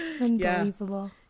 Unbelievable